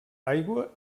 aigua